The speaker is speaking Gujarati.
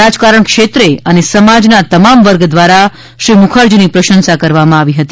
રાજકારણ ક્ષેત્રે અને સમાજના તમામ વર્ગ દ્વારા શ્રી મુકરજીની પ્રશંસા કરવામાં આવી હતી